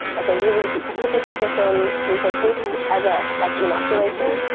like a really super, super, thin miso soup as a like inoculation.